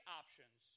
options